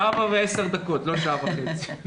שעה ועשר דקות, לא שעה וחצי.